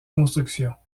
constructions